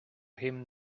him